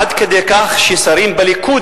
עד כדי כך ששרים בליכוד,